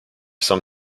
some